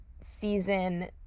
season